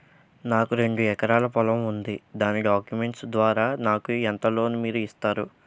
నాకు రెండు ఎకరాల పొలం ఉంది దాని డాక్యుమెంట్స్ ద్వారా నాకు ఎంత లోన్ మీరు ఇస్తారు?